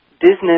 business